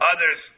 Others